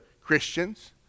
Christians